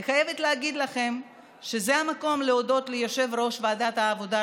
אני חייבת להגיד לכם שזה המקום להודות ליושב-ראש ועדת העבודה,